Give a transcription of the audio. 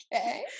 Okay